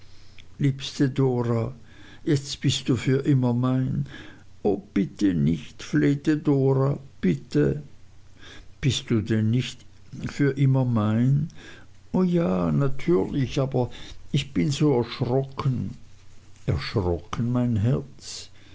liebste dora jetzt bist du für immer mein o bitte nicht flehte dora bitte bist du denn nicht für immer mein dora o ja natürlich aber ich bin so erschrocken erschrocken mein herz